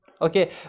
Okay